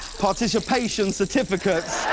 participation certificate,